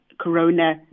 corona